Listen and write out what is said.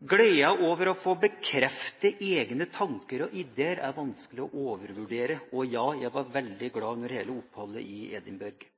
Gleden over å få bekreftet egne tanker og ideer er vanskelig å overvurdere. Og ja, jeg var veldig glad under hele oppholdet i